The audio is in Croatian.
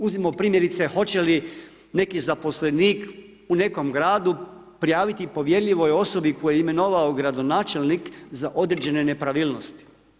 Uzmimo primjerice hoće li neki zaposlenik u nekom gradu prijaviti povjerljivoj osobi koju je imenovao gradonačelnik za određene nepravilnosti.